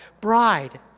bride